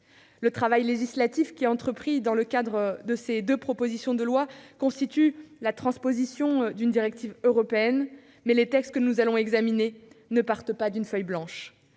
Le travail législatif entrepris dans le cadre de ces deux propositions de loi constitue la transposition d'une directive européenne, mais les textes que nous allons examiner ne partent pas d'une feuille blanche.